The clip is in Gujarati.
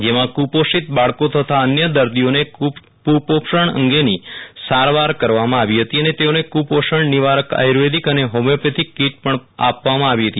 જેમાં કુપોષિત બાળકો તથા અન્ય દર્દીઓને કુપોષણ અંગેની સારવાર કરવામાં આવી હતી અને તેઓને કુપોષણ નિવારક આયુર્વેદિક તથા હોમિયોપેથીક કીટ પણ આપવાામાં આવી હતી